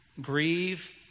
Grieve